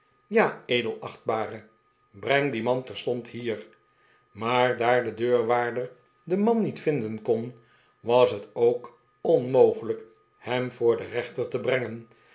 ja edelachtbare breng dien man terstond hier maar daar de deurwaarder den man niet vinden kon was het ook onmogelijk hem voor den rechter te brengen